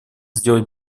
сделать